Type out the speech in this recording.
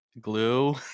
glue